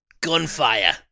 gunfire